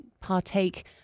partake